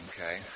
okay